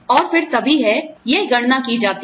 और फिर तभी है आप जानते हैं यह गणना की जाती है